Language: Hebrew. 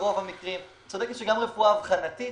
את צודקת שגם ברפואה אבחנתית